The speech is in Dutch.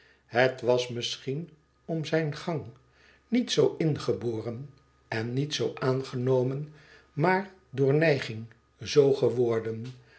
het was misschien e ids aargang om zijn gang niet z ingeboren en niet z aangenomen maar door neiging zoo geworden